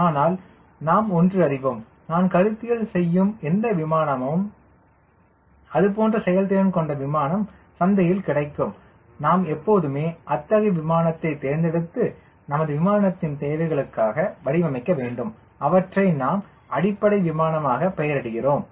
ஆனால் நாம் ஒன்று அறிவோம் நான் கருத்தியல் செய்யும் எந்த விமானமும் அது போன்ற செயல்திறன் கொண்ட விமானம் சந்தையில் கிடைக்கும் நாம் எப்போதுமே அத்தகைய விமானத்தை தேர்ந்தெடுத்து நமது விமானத்தின் தேவைகளுக்காக வடிவமைக்க வேண்டும் அவற்றை நாம் அடிப்படை விமானமாக பெயரிடுகிறோம்